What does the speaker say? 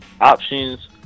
options